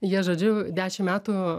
jie žodžiu dešimt metų